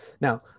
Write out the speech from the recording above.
Now